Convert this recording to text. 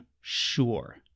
sure